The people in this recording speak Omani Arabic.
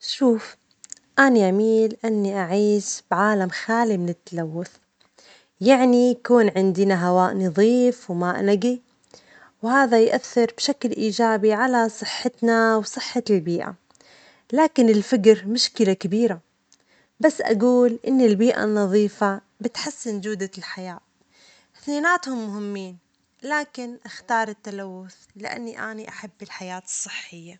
شوف، أنا أميل أني أعيش بعالم خالي من التلوث، يعني يكون عندنا هواء نظيف وماء نجي، وهذا يؤثر بشكل إيجابي على صحتنا وصحة البيئة، لكن الفجر مشكلة كبيرة، بس أجول إن البيئة النظيفة بتحسن جودة الحياة، اثنيناتهم مهمين، لكن اختار التلوث لأني أنا أحب الحياة الصحية.